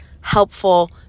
helpful